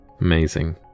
Amazing